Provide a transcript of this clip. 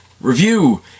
review